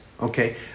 Okay